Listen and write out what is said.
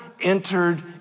entered